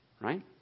right